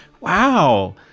wow